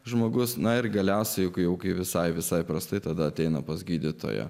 žmogus na ir galiausiai juk jau visai visai prastai tada ateina pas gydytoją